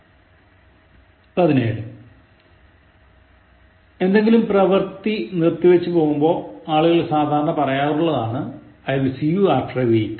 17 എന്തെഗിലും പ്രവർത്തി നിർത്തിവച്ചു പോകുമ്പോൾ ആളുകൾ സാധാരണ പറയാറുള്ളതാണ് I will see you after a week